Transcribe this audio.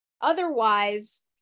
otherwise